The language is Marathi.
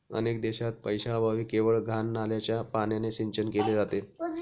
अनेक देशांत पैशाअभावी केवळ घाण नाल्याच्या पाण्याने सिंचन केले जाते